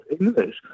English